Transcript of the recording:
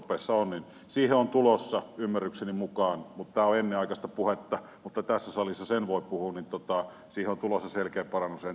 siihen on tulossa ymmärrykseni mukaan tämä on ennenaikaista puhetta mutta tässä salissa sen voi puhua selkeä parannus on